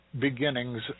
beginnings